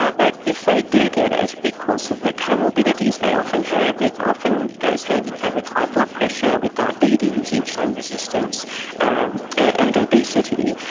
ah but if they do get it, because of the comorbidities they often have, it often goes hand-in-hand with high blood pressure, with diabetes, insulin resistance and and obesity,